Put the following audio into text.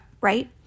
right